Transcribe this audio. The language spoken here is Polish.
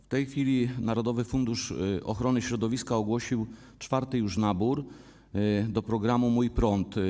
W tej chwili narodowy fundusz ochrony środowiska ogłosił czwarty już nabór do programu ˝Mój prąd˝